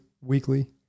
weekly